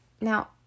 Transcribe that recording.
Now